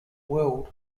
world